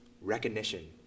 recognition